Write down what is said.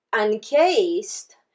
encased